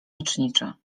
leczniczy